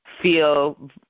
feel